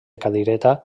cadireta